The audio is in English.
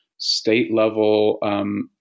state-level